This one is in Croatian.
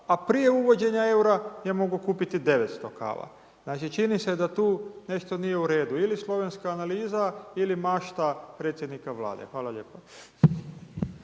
a prije uvođenja eura je mogao kupiti 900 kava. Znači čini se da tu nešto nije u redu, ili slovenska analiza ili mašta predsjednika Vlade, hvala lijepa.